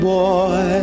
boy